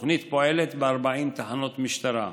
התוכנית פועלת ב-40 תחנות משטרה,